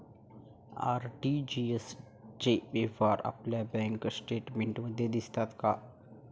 RTGS चे व्यवहार आपल्या बँक स्टेटमेंटमध्ये दिसतात का?